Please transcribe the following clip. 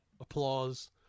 applause